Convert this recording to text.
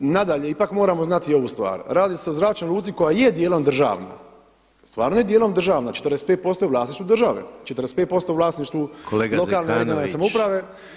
Nadalje, ipak moramo znati i ovu stvar, radi se o zračnoj luci koja je dijelom državna, stvarno je dijelom državna, 45% je u vlasništvu države, 45% u vlasništvu lokalne i regionalne samouprave.